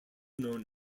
known